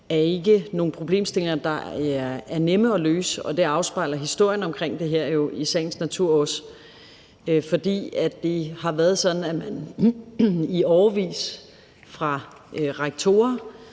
er ikke nogen problemstillinger, der er nemme at løse, og det afspejler historien om det her i sagens natur også, for det har været sådan, at man i årevis fra rektorer,